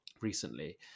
recently